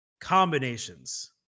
combinations